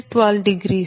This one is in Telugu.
08 V21